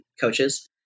coaches